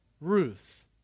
Ruth